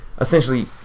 essentially